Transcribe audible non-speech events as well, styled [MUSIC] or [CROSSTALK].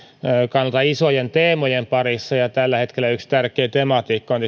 kannalta isojen teemojen parissa tällä hetkellä yksi tärkeä tematiikka on [UNINTELLIGIBLE]